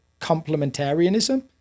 complementarianism